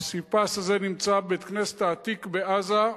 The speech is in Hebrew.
הפסיפס הזה נמצא בבית-הכנסת העתיק בעזה,